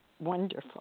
wonderful